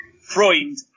Freund